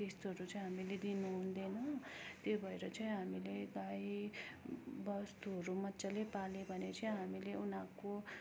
त्यस्तोहरू चाहिँ हामीले दिनुहुँदैन त्यो भएर चाहिँ हामीले गाईबस्तुहरू मजाले पाल्यो भने चाहिँ हामीले उनीहरूको